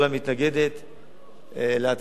להצעת החוק, ואנחנו מתנגדים להצעת החוק.